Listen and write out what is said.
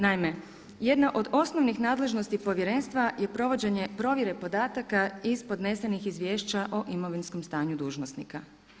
Naime, jedna od osnovnih nadležnosti povjerenstva je provođenje provjere podataka iz podnesenih izvješća o imovinskom stanju dužnosnika.